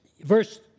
verse